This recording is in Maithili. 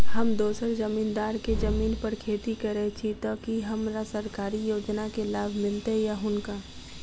हम दोसर जमींदार केँ जमीन पर खेती करै छी तऽ की हमरा सरकारी योजना केँ लाभ मीलतय या हुनका?